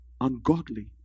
ungodly